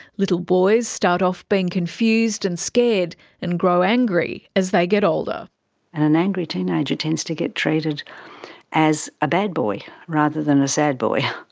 little boys start off being confused and scared and grow angry as they get older. and an angry teenager tends to get treated as a bad boy rather than a sad boy.